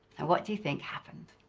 and what do you think happened?